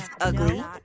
ugly